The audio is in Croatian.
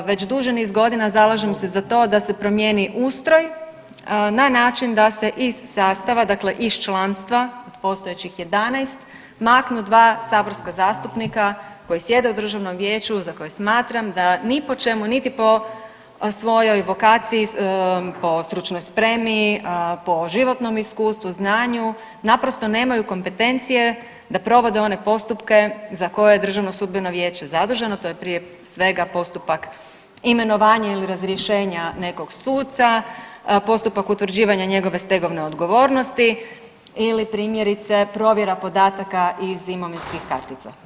Veći duži niz godina zalažem se za to da se promijeni ustroj na način da se iz sastava, dakle iz članstva od postojećih 11 maknu 2 saborska zastupnika koji sjede u državnom vijeću za koje smatram da ni po čemu, niti po svojoj vokaciji, po stručnoj spremi, po životnom iskustvu, znanju naprosto nemaju kompetencije da provode one postupke za koje je Državno sudbeno vijeće zaduženo to je prije svega postupak imenovanja ili razrješenja nekog suca, postupak utvrđivanja njegove stegovne odgovornosti ili primjerice provjera podataka iz imovinskih kartica.